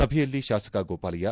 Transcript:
ಸಭೆಯಲ್ಲಿ ಶಾಸಕ ಗೋಪಾಲಯ್ಯ